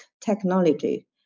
technology